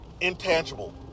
intangible